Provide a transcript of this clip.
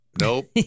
Nope